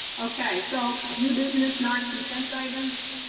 okay, so new business non-consent items.